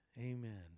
Amen